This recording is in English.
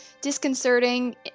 disconcerting